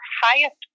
highest